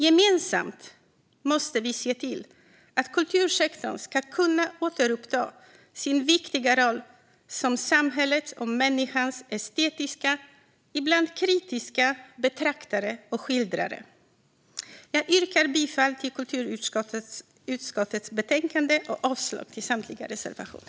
Gemensamt måste vi se till att kultursektorn kan återuppta sin viktiga roll som samhällets och människans estetiska, ibland kritiska, betraktare och skildrare. Jag yrkar bifall till utskottets förslag i betänkandet och avslag på samtliga reservationer.